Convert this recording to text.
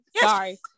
Sorry